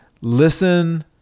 listen